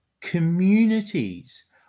communities